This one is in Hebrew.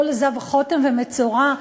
כל זב חוטם ומצורע,